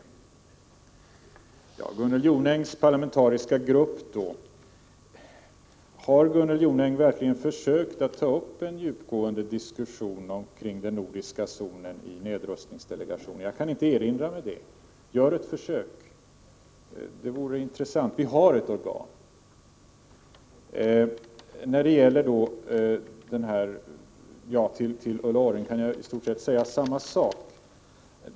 Vad gäller Gunnel Jonängs tal om en parlamentarisk grupp undrar jag om Gunnel Jonäng verkligen har försökt att i nedrustningsdelegationen ta upp en djupgående diskussion om den nordiska zonen. Jag kan inte erinra mig det. Gör ett försök! Det vore intressant — vi har redan ett organ för detta. Till Ulla Orring kan jag säga i stort sett samma sak.